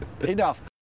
Enough